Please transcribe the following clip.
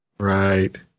Right